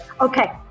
Okay